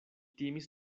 timis